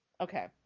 okay